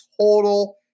total